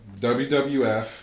WWF